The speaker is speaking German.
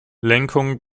lenkung